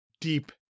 Deep